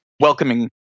welcoming